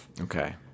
Okay